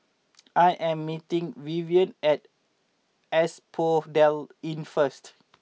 I am meeting Vivien at Asphodel Inn first